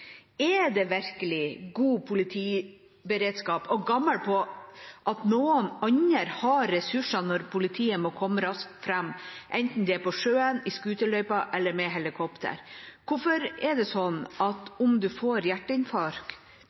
Er det virkelig god politiberedskap å gamble med at noen andre har ressursene når politiet må komme raskt fram, enten det er på sjøen, i scooterløypa eller med helikopter? Hvorfor er det sånn at om man får